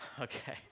Okay